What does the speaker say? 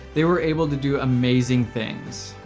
they were able to do amazing things.